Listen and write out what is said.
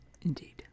Indeed